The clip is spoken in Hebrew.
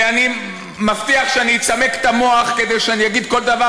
ואני מבטיח שאצמק את המוח כדי שאגיד כל דבר,